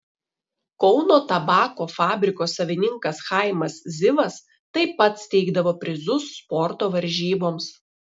kauno tabako fabriko savininkas chaimas zivas taip pat steigdavo prizus sporto varžyboms